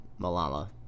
Malala